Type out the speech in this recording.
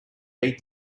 beat